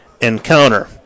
encounter